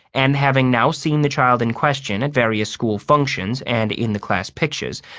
and having now seen the child in question at various school functions and in the class pictures,